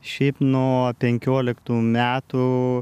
šiaip nuo penkioliktų metų